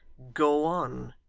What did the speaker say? go on